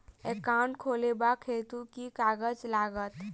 Account खोलाबक हेतु केँ कागज लागत?